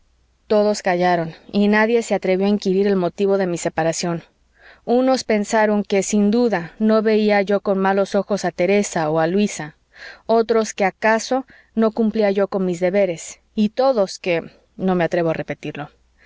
todos callaron y nadie se atrevió a inquirir el motivo de mi separación unos pensaron que sin duda no veía yo con malos ojos a teresa o a luisa otros que acaso no cumplía yo con mis deberes y todos que no me atrevo a repetirlo